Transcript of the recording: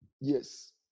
Yes